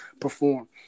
perform